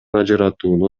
ажыратууну